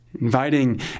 Inviting